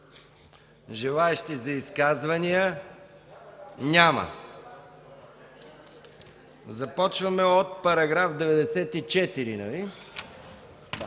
Желаещи за изказвания? Няма. Започваме от § 94.